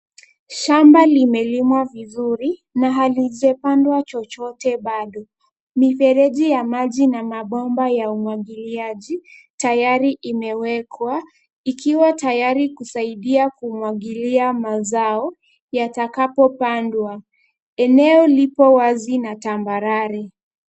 Shamba limelimwa vizuri, na halijapandwa chochote bado. Mifereji ya maji na mabomba ya umwagiliaji, tayari imewekwa, ikiwa tayari kusaidia kumwagilia mazao, yatakapopandwa. Eneo liko wazi na tambarare.